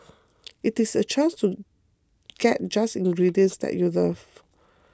it is a chance to get just ingredients that you love